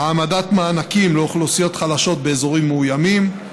העמדת מענקים לאוכלוסיות חלשות באזורים מאוימים,